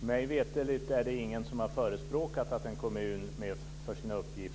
Fru talman! Mig veterligt är det ingen som har förespråkat att en kommun med otillräcklig